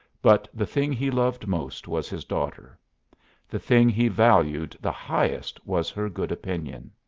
but the thing he loved most was his daughter the thing he valued the highest was her good opinion.